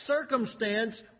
circumstance